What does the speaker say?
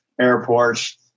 airports